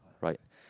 right